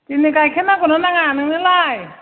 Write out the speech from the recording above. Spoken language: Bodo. दिनै गाइखेर नांगौ ना नोंनोलाय